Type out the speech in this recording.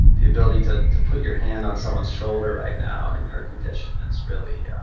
the ability to to put your hand on someone's shoulder right now in her condition is really yeah